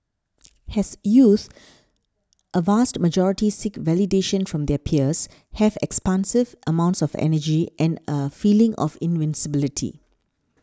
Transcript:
as youths a vast majority seek validation from their peers have expansive amounts of energy and a feeling of invincibility